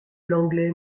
l’anglais